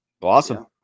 awesome